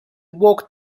walked